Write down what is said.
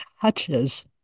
touches